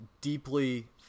deeply